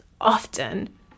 Often